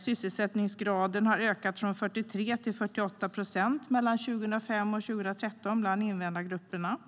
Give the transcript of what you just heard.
Sysselsättningsgraden bland invandrargrupperna har ökat från 43 till 48 procent mellan 2005 och 2013.